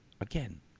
Again